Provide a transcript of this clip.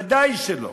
ודאי שלא.